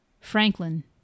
Franklin